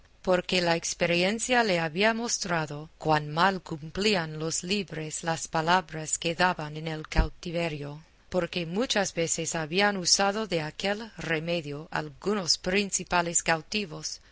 porque la experiencia le había mostrado cuán mal cumplían los libres las palabras que daban en el cautiverio porque muchas veces habían usado de aquel remedio algunos principales cautivos